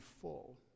full